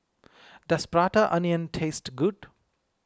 does Prata Onion taste good